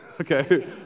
Okay